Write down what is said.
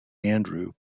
andrew